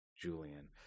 Julian